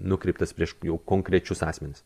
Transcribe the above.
nukreiptas prieš jau konkrečius asmenis